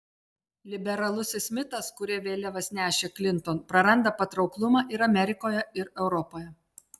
liberalusis mitas kurio vėliavas nešė klinton praranda patrauklumą ir amerikoje ir europoje